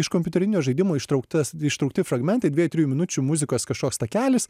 iš kompiuterinio žaidimo ištrauktas ištraukti fragmentai dviejų trijų minučių muzikos kažkoks takelis